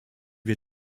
wir